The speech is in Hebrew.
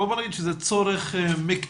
בוא נגיד שזה צורך מקצועי,